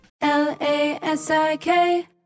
L-A-S-I-K